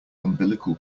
umbilical